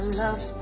love